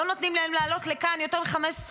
לא נותנים להם לעלות לכאן יותר מ-15 איש.